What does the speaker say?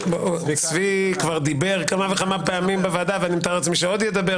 צבי כבר דיבר כמה וכמה פעמים בוועדה ואני מתאר לעצמי שעוד ידבר.